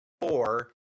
four